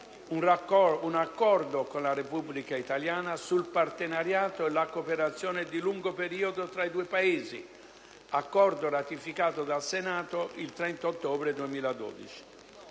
un accordo con la Repubblica italiana sul partenariato e la cooperazione di lungo periodo tra i due Paesi, accordo ratificato dal Senato il 30 ottobre 2012.